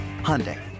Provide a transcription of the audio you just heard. Hyundai